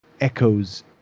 echoes